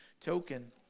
token